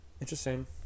interesting